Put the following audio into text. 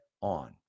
on